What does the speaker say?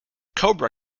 cobra